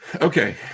Okay